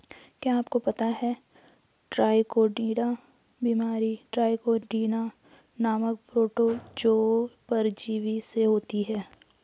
क्या आपको पता है ट्राइकोडीना बीमारी ट्राइकोडीना नामक प्रोटोजोआ परजीवी से होती है?